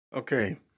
Okay